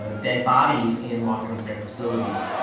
ah dead bodies in long-term care facilities.